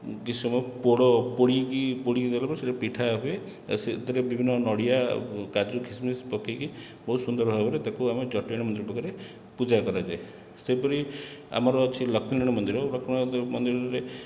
କିଛି ସମୟ ପୋଡ଼ ପୋଡ଼ିକି ପୋଡ଼ିଗଲା ପରେ ସେଇଟା ପିଠା ହୁଏ ସେହିଥିରେ ବିଭିନ୍ନ ନଡ଼ିଆ କାଜୁ ଖିସମିସ୍ ପକେଇକି ବହୁତ ସୁନ୍ଦର ଭାବରେ ତାକୁ ଆମେ ଜଟିଆଣି ମନ୍ଦିର ପାଖରେ ପୂଜା କରାଯାଏ ସେହିପରି ଆମର ଅଛି ଲକ୍ଷ୍ମୀନାରାୟଣ ମନ୍ଦିର ଲକ୍ଷ୍ମୀନାରାୟଣ ମନ୍ଦିରରେ